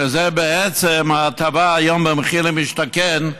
וזו בעצם הטבה היום במחיר למשתכן,